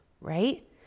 right